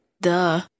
Duh